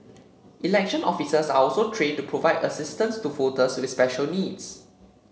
election officers are also trained to provide assistance to voters with special needs